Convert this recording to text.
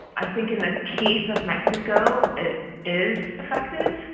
i think in the case of mexico it is effective.